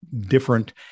different